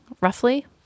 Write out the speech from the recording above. roughly